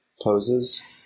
poses